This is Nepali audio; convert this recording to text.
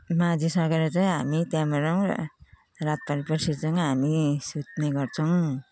माझिसकेर चाहिँ हामी त्यहाँबाट रात परेपछि चाहिँ हामी सुत्ने गर्छौँ